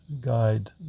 guide